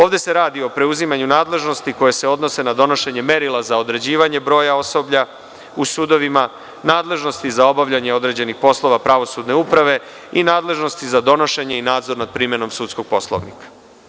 Ovde se radi o preuzimanju nadležnosti koje se odnose na donošenje merila za određivanje broja osoblja u sudovima, nadležnosti za obavljanje određenih poslova pravosudne uprave, i nadležnosti za donošenje i nadzor nad primenom sudskog poslovnika.